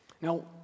Now